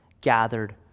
gathered